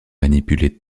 manipuler